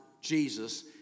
Jesus